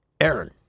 Aaron